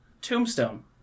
Tombstone